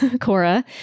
Cora